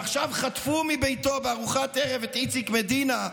עכשיו חטפו מביתו בארוחת ערב את איציק מדינה,